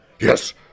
Yes